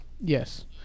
Yes